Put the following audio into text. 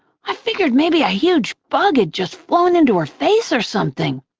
i figured maybe a huge bug had just flown into her face or something.